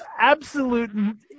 absolute